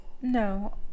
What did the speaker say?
No